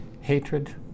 hatred